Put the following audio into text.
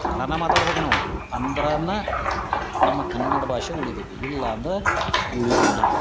ಕನ್ನಡನ ಮಾತಾಡ್ಬೇಕು ನಾವು ಅಂದ್ರನ ನಮ್ಮ ಕನ್ನಡ ಭಾಷೆ ಉಳಿತೈತಿ ಇಲ್ಲಾಂದ್ರ ಉಳಿದಿಲ್ಲ